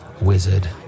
wizard